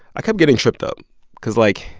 i kept getting tripped up because, like,